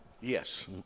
Yes